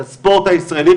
את הספורט הישראלי,